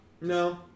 No